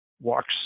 walks